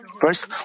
First